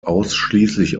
ausschließlich